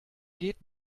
geht